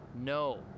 No